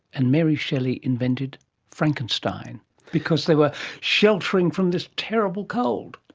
and mary shelley invented frankenstein because they were sheltering from this terrible cold.